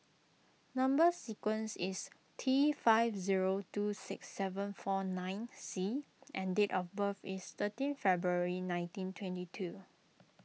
Number Sequence is T five zero two six seven four nine C and date of birth is thirteen February nineteen twenty two